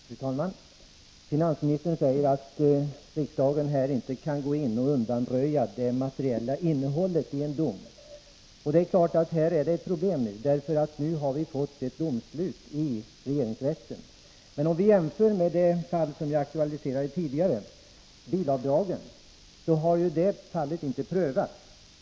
Fru talman! Finansministern säger att riksdagen inte kan gå in och undanröja det materiella innehållet i en dom. Det är klart att det är ett problem att vi nu har fått ett domslut i regeringsrätten. Låt mig fortsätta jämförelsen med det fall jag aktualiserade tidigare — bilreseavdragen. Det fallet har inte prövats.